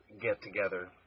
get-together